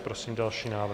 Prosím další návrh.